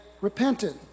repented